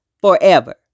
forever